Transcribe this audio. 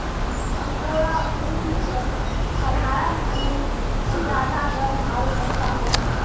angora ऊन साधारण ऊन स ज्यादा गर्म आरू हल्का होय छै